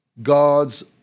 God's